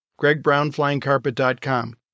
gregbrownflyingcarpet.com